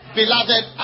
beloved